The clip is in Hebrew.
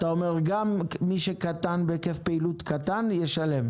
אתה אומר שגם מי שפועל בהיקף פעילות קטן ישלם.